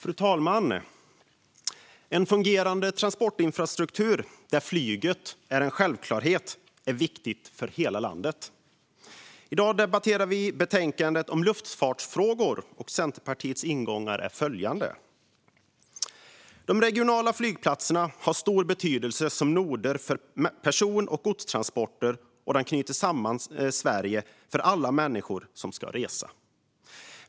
Fru talman! En fungerande transportinfrastruktur där flyget är en självklarhet är viktig för hela landet. I dag debatterar vi betänkandet om luftfartsfrågor. Centerpartiets ingångar är följande: De regionala flygplatserna har stor betydelse som noder för person och godstransporter, och de knyter samman Sverige för alla människor som ska resa.